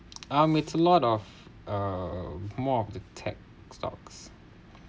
um it's a lot of uh more of the tech stocks